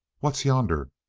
what's yonder?